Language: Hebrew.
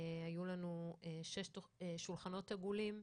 היו לנו שולחנות עגולים,